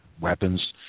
weapons